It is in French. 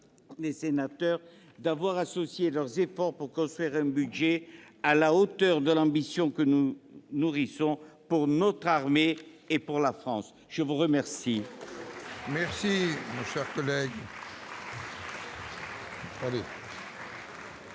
et sénateurs d'avoir conjugué leurs efforts pour construire un budget à la hauteur de l'ambition que nous nourrissons pour notre armée et pour la France. Madame